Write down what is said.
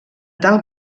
tal